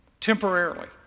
Temporarily